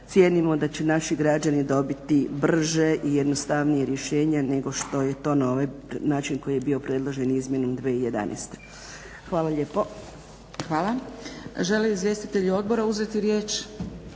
cijenimo da će naši građani dobiti brže i jednostavnije rješenje, nego što je to na ovaj način koji je bio predložen izmjenom 2011. Hvala lijepo. **Zgrebec, Dragica (SDP)** Hvala. Žele li izvjestitelji odbora uzeti riječ?